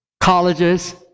colleges